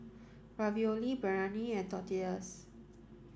Ravioli Biryani and Tortillas